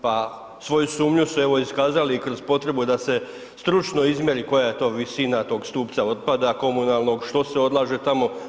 Pa svoju sumnju su evo iskazali kroz potrebu da se stručno izmjeri koja je to visina tog stupca otpada komunalnog, što se odlaže tamo.